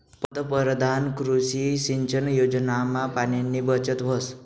पंतपरधान कृषी सिंचन योजनामा पाणीनी बचत व्हस